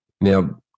Now